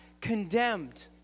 condemned